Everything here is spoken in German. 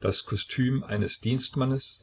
das kostüm eines dienstmannes